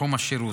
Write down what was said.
בתחום השירות.